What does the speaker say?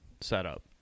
setup